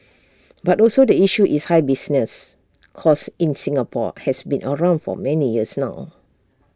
but also the issue is high business costs in Singapore has been around for many years now